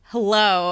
Hello